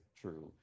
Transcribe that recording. true